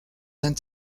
sent